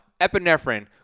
epinephrine